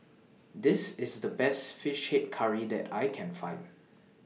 This IS The Best Fish Head Curry that I Can Find